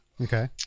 Okay